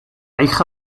hija